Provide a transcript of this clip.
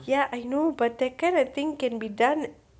ya I know but that kind of thing can be done